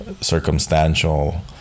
circumstantial